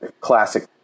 classic